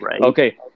Okay